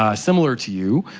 ah similar to you.